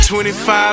25